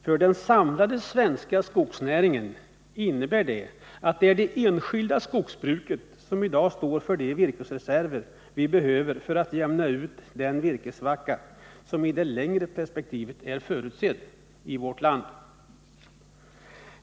För den samlade svenska skogsnäringen innebär detta att det är det enskilda skogsbruket som i dag i hög grad står för de virkesreserver vi behöver för att jämna ut den virkessvacka som i det längre perspektivet är förutsedd i vårt land.